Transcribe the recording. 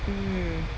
mm